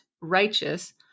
righteous